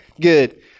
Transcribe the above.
Good